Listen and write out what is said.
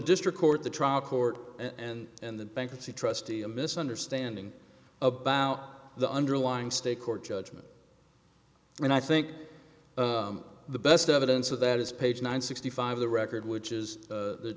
district court the trial court and in the bankruptcy trustee a misunderstanding about the underlying state court judgment and i think the best evidence of that is page nine sixty five the record which is